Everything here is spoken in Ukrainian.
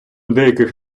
деяких